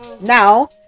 now